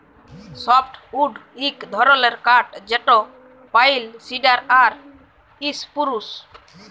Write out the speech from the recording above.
softwood ইক ধরলের কাঠ যেট পাইল, সিডার আর ইসপুরুস